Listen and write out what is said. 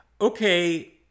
okay